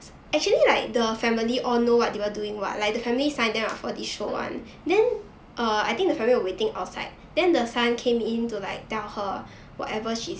mm